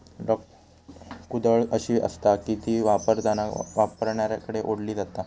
draw कुदळ अशी आसता की ती वापरताना वापरणाऱ्याकडे ओढली जाता